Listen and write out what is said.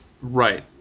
Right